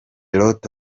lot